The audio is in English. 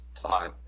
Fine